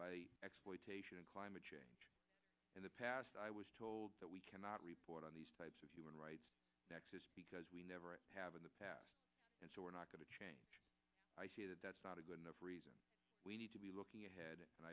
by exploitation and climate change in the past i was told that we cannot report on these types of human rights because we never have in the past and so we're not going to change that's not a good enough reason we need to be looking ahead and